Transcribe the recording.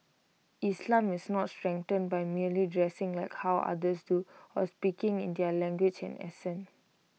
islam is not strengthened by merely dressing like how others do or speaking in their language and accent